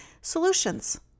solutions